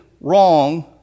wrong